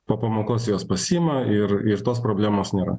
po pamokos juos pasiima ir ir tos problemos nėra